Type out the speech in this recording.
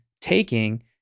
taking